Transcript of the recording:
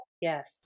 Yes